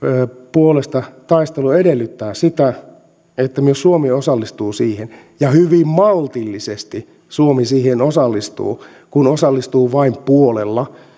puolesta taistelu edellyttää sitä että myös suomi osallistuu siihen ja hyvin maltillisesti suomi siihen osallistuu kun osallistuu vain puolella